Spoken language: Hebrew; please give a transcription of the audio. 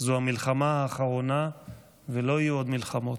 זו המלחמה האחרונה ולא יהיו עוד מלחמות.